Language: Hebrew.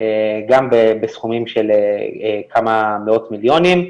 גם בסכומים של כמה מאות מיליונים.